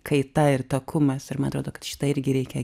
kaita ir takumas ir man atrodo kad šitą irgi reikia